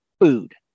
food